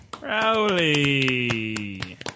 Rowley